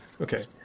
Okay